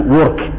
work